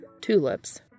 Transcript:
Tulips